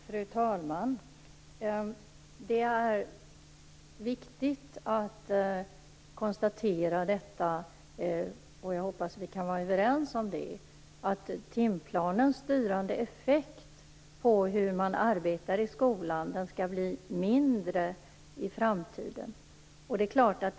Fru talman! Det är viktigt att konstatera - och jag hoppas att vi kan vara överens om det - att timplanens styrande effekt på hur man arbetar i skolan skall bli mindre i framtiden.